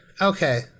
okay